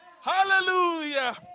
Hallelujah